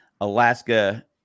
alaska